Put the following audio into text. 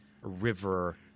River